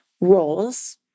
roles